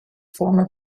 former